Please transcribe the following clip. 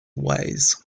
ways